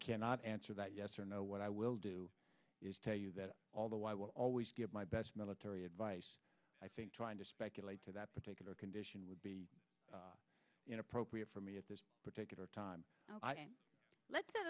cannot answer that yes or no what i will do is tell you that although i will always give my best military advice i think trying to speculate to that particular condition would be appropriate for me at this particular time let's set